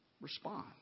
respond